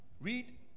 Read